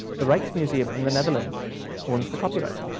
the rijksmuseum in the netherlands owns the copyright.